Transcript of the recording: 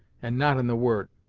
and not in the word.